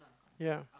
ya